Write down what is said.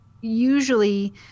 usually